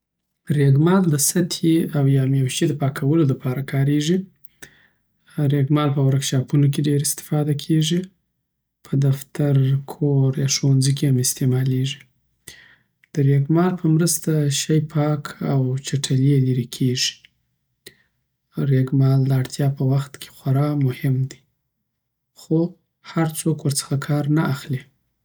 رېګمال د سطحې او یاهم یو شی د پاکولو دپاره کارېږي. ریګمال په ورکشاپونو کی ډیره استفاده کیږی په دفتر، کور یا ښوونځي کې هم استعمالېږي. د رېګمال په مرسته شی پاک او چټلی یی لېرې کېږي. رېګمال داړتیا په وخت کی خوار مهم دی خو هرڅوک ورڅخه کار نه اخلی